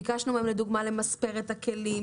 ביקשנו מהם, לדוגמה, למספר את הכלים.